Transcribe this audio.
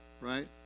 Right